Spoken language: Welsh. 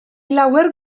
lawer